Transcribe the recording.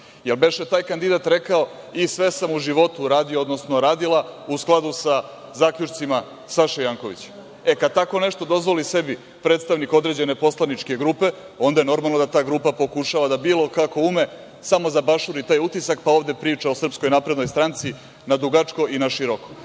Jel beše taj kandidat rekao – sve sam u životu radio, odnosno radila u skladu sa zaključcima Saše Jankovića. E, kada tako nešto dozvoli sebi predstavnik određene poslaničke grupe, onda je normalno da ta grupa pokušava da bilo kako ume samo zabašuri taj utisak, pa ovde priča o SNS na dugačko i na široko,